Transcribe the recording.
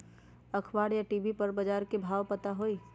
अखबार या टी.वी पर बजार के भाव पता होई?